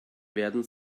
werden